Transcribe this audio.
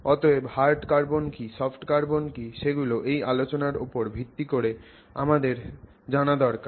অতএব hard carbon কি soft carbon কি সেগুলো এই আলোচনার ওপর ভিত্তি করে আমাদের জানা দরকার